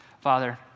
Father